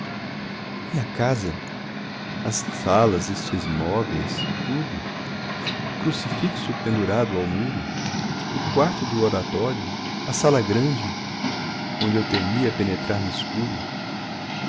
a casa as salas estes móveis tudo o crucifixo pendurado ao muro o quarto do oratório a sala grande onde eu temia penetrar no escuro